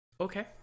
Okay